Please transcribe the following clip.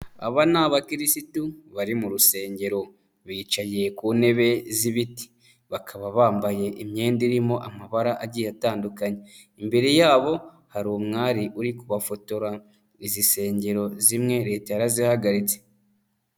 Aba ni abakirisitu bari mu rusengero bicaye ku ntebe z'ibiti bakaba bambaye imyenda irimo amabara agiye atandukanye, imbere yabo hari umwari uri kubafotora, izi nsengero zimwe Leta yarazihagaritse.